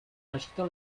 agitant